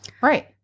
Right